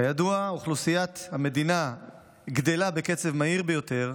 כידוע, אוכלוסיית המדינה גדלה בקצב מהיר ביותר,